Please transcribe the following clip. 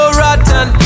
rotten